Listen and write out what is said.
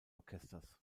orchesters